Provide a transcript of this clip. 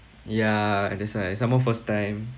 yeah and that's why some more first time